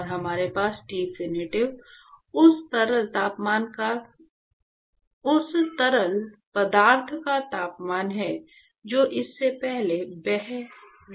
और हमारे पास टिनफिनिटी उस तरल पदार्थ का तापमान है जो इससे पहले बह रहा है